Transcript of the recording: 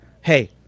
Hey